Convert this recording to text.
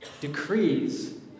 Decrees